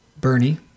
bernie